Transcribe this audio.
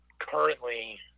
Currently